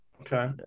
Okay